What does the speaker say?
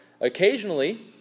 Occasionally